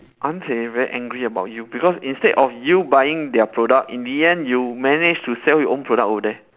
aren't they very angry about you because instead of you buying their product in the end you managed to sell your own product over there